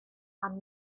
and